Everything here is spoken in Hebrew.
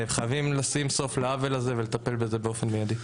חייבים לשים סוף לעוול הזה ולטפל בזה באופן מיידי.